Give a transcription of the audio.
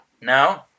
No